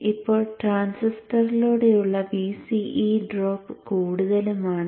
അപ്പോൾ ട്രാന്സിസ്റ്ററിലൂടെയുള്ള Vce drop കൂടുതലും ആണ്